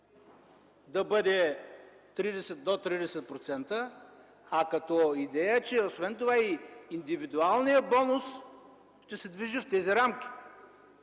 да бъде до 30%, а като идея, че освен това индивидуалният бонус ще се движи в тези рамки.